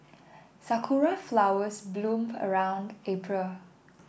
sakura flowers bloom around April